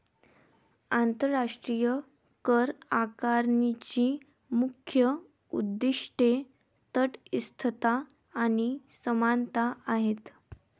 आंतरराष्ट्रीय करआकारणीची मुख्य उद्दीष्टे तटस्थता आणि समानता आहेत